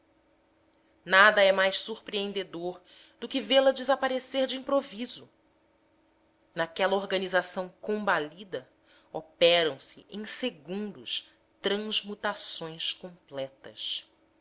nada é mais surpreendedor do que vê-lo desaparecer de improviso naquela organização combalida operam se em segundos transmutações completas